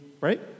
right